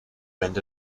wind